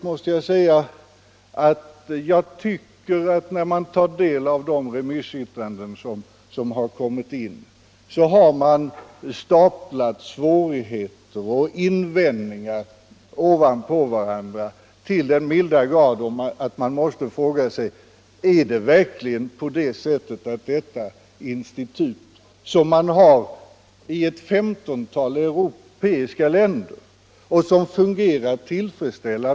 Man har i sådana remissyttranden staplat svårigheter och invändningar på varandra. Men detta institut som det här gäller finns dock i ett 15-tal europeiska länder, och det har där fungerat bra.